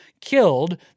killed